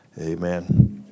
Amen